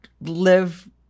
live